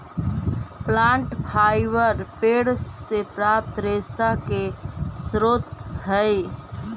plant fibre पेड़ से प्राप्त रेशा के स्रोत हई